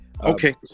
Okay